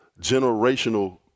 generational